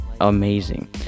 amazing